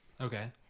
Okay